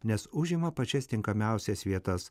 nes užima pačias tinkamiausias vietas